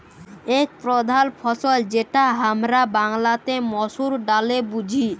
এক প্রধাল ফসল যেটা হামরা বাংলাতে মসুর ডালে বুঝি